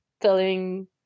telling